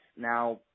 Now